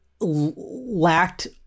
lacked